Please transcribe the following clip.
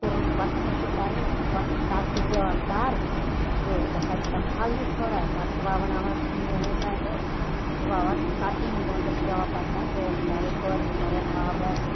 ترٛومُت پَتہٕ خۄشِک کَرنہِ سُہ چھُ پَتہٕ تتھ چھِ زیٚوان ترٕ سُہ گژھان چھِ تَتھ تھَل ہِش تھوڑا پَتہٕ چھِ وَوناوان سُہ مُہنِوِس اَتھِ سُہ چھُ وَوان ژتجی ہَن دۄہَن چھِ اَسہِ پیٚوان پَتہٕ تَتھ رٲچھ کَرٕنۍ پٲروی کَرٕنۍ آبَس